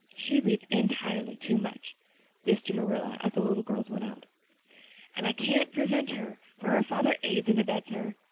she reads entirely too much this to marilla as the little girls went out and i can't prevent her, for her father aids and abets her.